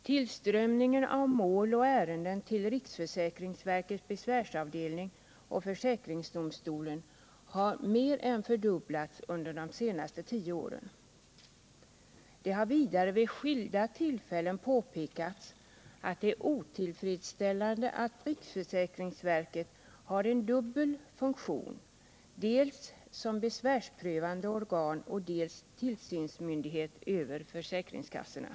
Tillströmningen av mål och ärenden till riksförsäkringsverkets besvärsavdelning och försäkringsdomstolen har mer än fördubblats under de senaste tio åren. Det har vidare vid skilda tillfällen påpekats att det är otillfredsställande att riksförsäkringsverket har en dubbelfunktion, dels som besvärsprövande organ, dels som tillsynsmyndighet över försäkringskassorna.